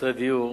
ולחסרי דיור,